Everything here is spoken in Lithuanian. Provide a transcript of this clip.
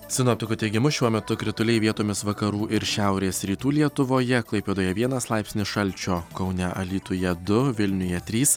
sinoptikų teigimu šiuo metu krituliai vietomis vakarų ir šiaurės rytų lietuvoje klaipėdoje vienas laipsnis šalčio kaune alytuje du vilniuje trys